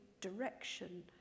direction